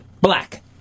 Black